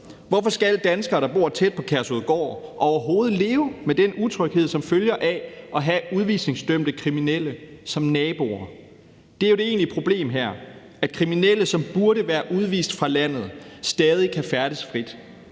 Hvorfor skal danskere, der bor tæt på Kærshovedgård overhovedet leve med den utryghed, som følger af at have udvisningsdømte kriminelle som naboer. Det er jo det egentlige problem her, nemlig at kriminelle, som burde være udvist fra landet, stadig kan færdes frit.